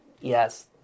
yes